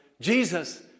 Jesus